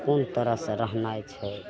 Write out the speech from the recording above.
कोन तरहसे रहनाइ छै